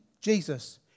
Jesus